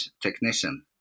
technician